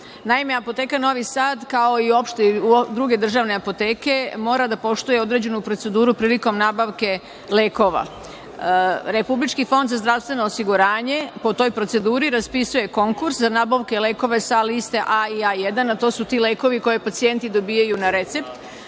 Apoteka „Novi Sad“, kao i druge državne apoteke mora da poštuje određenu proceduru prilikom nabavke lekova. Republički fond za zdravstveno osiguranje po toj proceduru raspisuje konkurs za nabavku lekova sa liste A i A1, a to su ti lekovi koje pacijenti dobijaju na recep